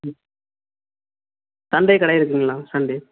ம் சண்டே கடை இருக்குங்களா சண்டே